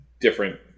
different